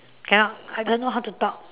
cannot I don't know how to talk